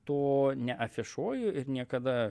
to neafišuoju ir niekada